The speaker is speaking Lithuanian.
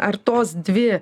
ar tos dvi